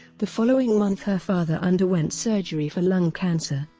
the following month her father underwent surgery for lung cancer,